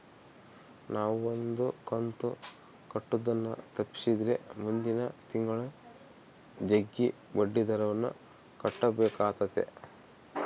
ನಾವು ಒಂದು ಕಂತು ಕಟ್ಟುದನ್ನ ತಪ್ಪಿಸಿದ್ರೆ ಮುಂದಿನ ತಿಂಗಳು ಜಗ್ಗಿ ಬಡ್ಡಿದರವನ್ನ ಕಟ್ಟಬೇಕಾತತೆ